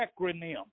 acronym